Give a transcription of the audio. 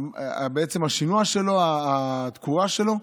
זה השינוע שלו, התקורה שלו.